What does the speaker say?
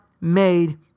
made